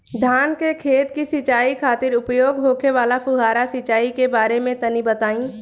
धान के खेत की सिंचाई खातिर उपयोग होखे वाला फुहारा सिंचाई के बारे में तनि बताई?